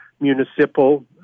municipal